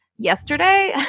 yesterday